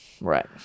Right